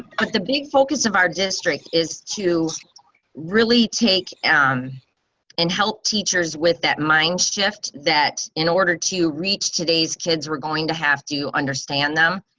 but the big focus of our district is to really take um and help teachers with that mind shift that in order to reach today's kids we're going to have to understand them.